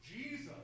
Jesus